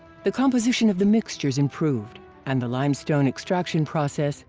the composition of the mixtures improved and the limestone extraction process,